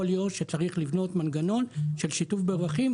יכול להיות שצריך לבנות מנגנון של שיתוף ברווחים.